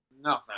No